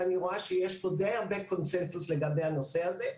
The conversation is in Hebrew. ואני רואה שיש פה די הרבה קונצנזוס לגבי הנושא הזה,